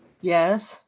Yes